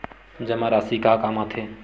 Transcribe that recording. जमा राशि का काम आथे?